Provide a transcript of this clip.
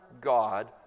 God